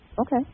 Okay